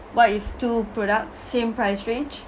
what if two products same price range